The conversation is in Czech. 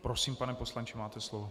Prosím, pane poslanče, máte slovo.